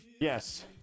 Yes